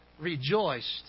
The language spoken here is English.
rejoiced